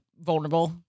vulnerable